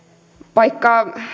vaikka